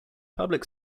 public